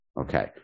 Okay